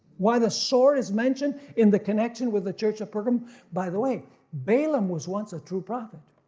why the sword is mentioned in the connection with the church of pergamum by the way balaam was once a true prophet,